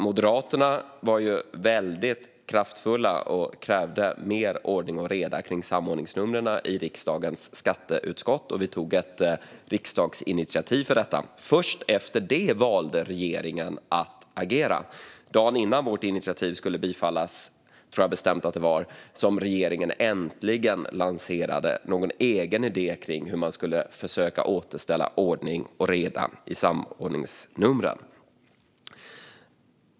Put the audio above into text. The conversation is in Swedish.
Moderaterna var väldigt kraftfulla i kraven på mer ordning och reda kring samordningsnumren i riksdagens skatteutskott, och vi tog ett riksdagsinitiativ för detta. Först efter det valde regeringen att agera. Dagen innan vårt initiativ skulle bifallas, tror jag bestämt att det var, lanserade regeringen äntligen någon egen idé på hur man skulle försöka återställa ordning och reda gällande samordningsnumren.